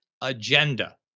agenda